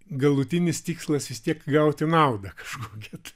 galutinis tikslas vis tiek gauti naudą kažkokią tai